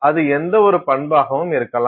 அது எந்தவொரு பன்பாகவும் இருக்கலாம்